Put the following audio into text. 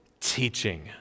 teaching